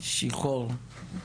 בבקשה.